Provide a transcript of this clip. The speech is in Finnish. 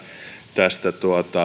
tästä